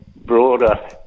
broader